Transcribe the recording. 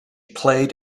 played